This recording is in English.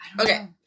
Okay